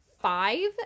five